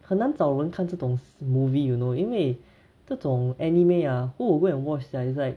很难找人看这种 movie you know 因为这种 anime ah who would go and watch sia it's like